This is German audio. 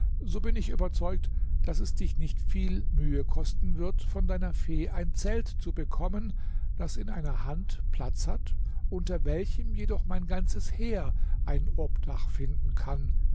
so bin ich überzeugt daß es dich nicht viele mühe kosten wird von deiner fee ein zelt zu bekommen das in einer hand platz hat unter welchem jedoch mein ganzes heer ein obdach finden kann